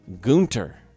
gunter